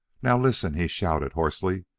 now listen! he shouted hoarsely.